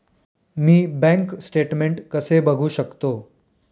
मी bank statement कसे बघू शकतो?